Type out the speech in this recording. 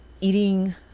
eating